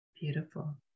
beautiful